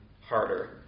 harder